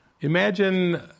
Imagine